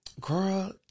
Girl